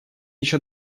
еще